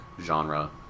genre